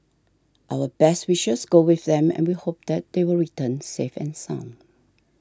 our best wishes go with them and we hope that they will return safe and sound